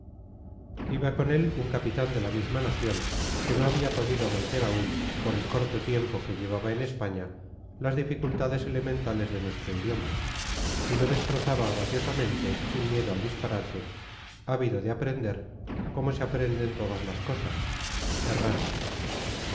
acento con él iba un capitán de la misma nación que no había podido vencer aún por el corto tiempo que llevaba en españa las dificultades elementales de nuestro idioma y lo destrozaba graciosamente sin miedo al disparate ávido de aprender como se aprenden todas las cosas errando